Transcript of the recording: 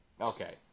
Okay